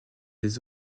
des